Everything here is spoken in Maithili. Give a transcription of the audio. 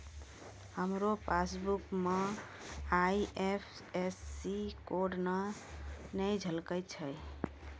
हमरो पासबुक मे आई.एफ.एस.सी कोड नै झलकै छै